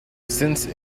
since